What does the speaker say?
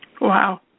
Wow